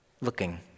looking